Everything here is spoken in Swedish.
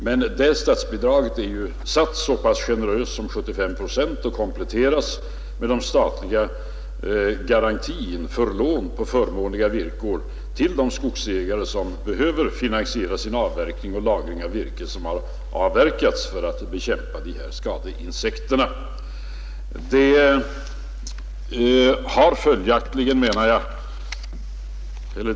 Men detta statsbidrag är satt så pass generöst som till 75 procent och kompletteras med den statliga garantin för lån på förmånliga villkor till de skogsägare som behöver finansiera sin avverkning och lagring av virke som avverkas för att bekämpa dessa skadeinsekter.